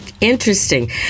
Interesting